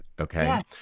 Okay